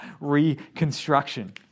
reconstruction